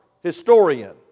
historian